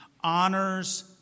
honors